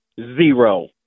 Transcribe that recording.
zero